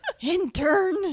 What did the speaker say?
Intern